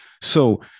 So-